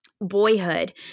boyhood